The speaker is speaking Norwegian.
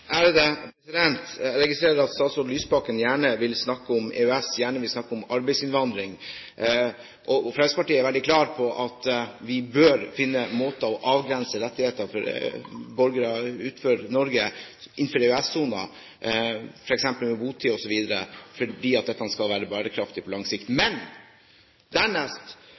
Jeg registrerer at statsråd Lysbakken gjerne vil snakke om EØS, gjerne vil snakke om arbeidsinnvandring. Fremskrittspartiet er veldig klar på at vi bør finne måter å avgrense rettigheter på for borgere utenfor Norge innenfor EØS-sonen, f.eks. når det gjelder botid, fordi dette skal være bærekraftig på lang sikt. Dernest: Når man leser Brochmann-utvalgets innstilling, er